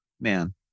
Man